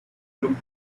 looked